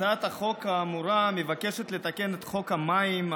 הצעת החוק האמורה מבקשת לתקן את חוק המים,